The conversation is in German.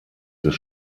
des